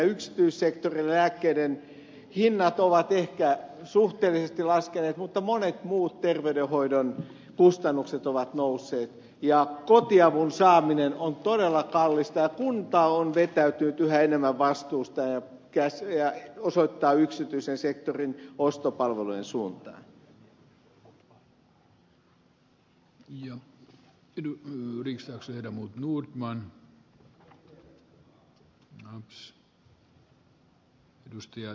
lääkkeiden hinnat ovat ehkä suhteellisesti laskeneet mutta monet muut terveydenhoidon kustannukset ovat nousseet ja kotiavun saaminen on todella kallista ja kunta on vetäytynyt yhä enemmän vastuusta ja osoittaa yksityisen sektorin ostopalvelujen suuntaan